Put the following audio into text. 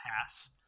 pass